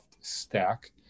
stack